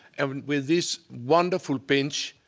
where this wonderful bench,